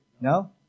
No